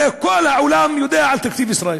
הרי כל העולם יודע על תקציב ישראל